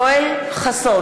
אני יואל חסון,